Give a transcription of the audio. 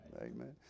Amen